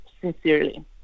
sincerely